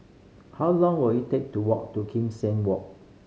how long will it take to walk to Kim Seng Walk